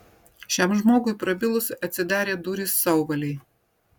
šiam žmogui prabilus atsidarė durys sauvalei